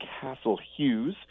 Castle-Hughes